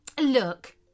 Look